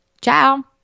Ciao